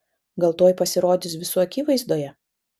gal tuoj pasirodys visų akivaizdoje